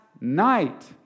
night